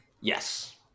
Yes